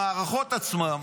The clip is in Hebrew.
המערכות עצמן,